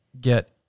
get